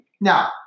Now